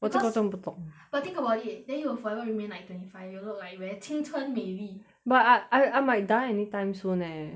我真真的不懂 because but think about it then you will forever remain like twenty five you will look like very 青春美丽 but I I I might die anytime soon eh